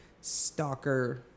stalker